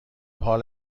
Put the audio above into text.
حال